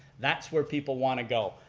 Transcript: that's where people want to go.